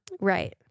Right